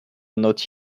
not